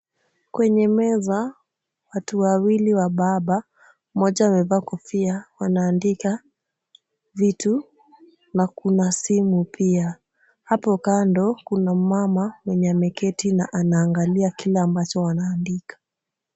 Kwenye meza watu wawili wa baba mmoja amevaa kofia wanaandika vitu na kuna simu pia. Hapo kando kuna mama ameketi na anaangalia kile ambacho wanaandika.